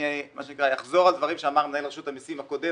אני אחזור על דברים שאמר מנהל רשות המיסים הקודם